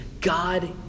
God